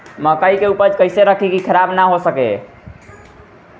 मकई के उपज कइसे रखी की खराब न हो सके?